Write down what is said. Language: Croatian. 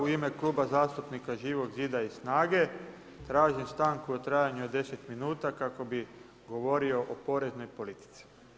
U ime Kluba zastupnika Živog zida i SNAGA-e tražim stanku u trajanju od 10 minuta kako bih govorio o poreznoj politici.